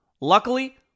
Luckily